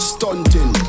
Stunting